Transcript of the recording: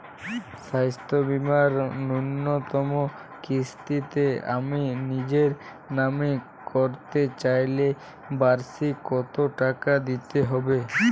স্বাস্থ্য বীমার ন্যুনতম কিস্তিতে আমি নিজের নামে করতে চাইলে বার্ষিক কত টাকা দিতে হবে?